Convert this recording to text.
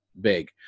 big